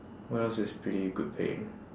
what else is pretty good pay